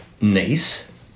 niece